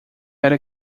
era